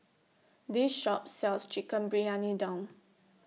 This Shop sells Chicken Briyani Dum